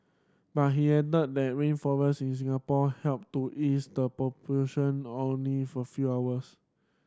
but he added that in Singapore help to ease the pollution only for few hours